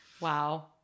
Wow